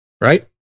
right